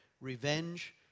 revenge